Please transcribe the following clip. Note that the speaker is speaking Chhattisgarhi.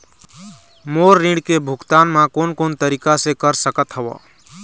मोर ऋण के भुगतान म कोन कोन तरीका से कर सकत हव?